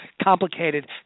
complicated